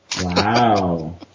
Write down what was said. Wow